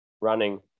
running